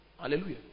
Hallelujah